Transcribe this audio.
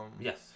Yes